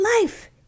Life